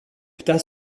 ptah